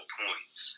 points